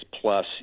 plus